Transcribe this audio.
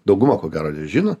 dauguma ko gero žino